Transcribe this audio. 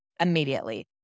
immediately